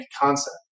concept